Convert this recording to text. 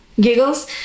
giggles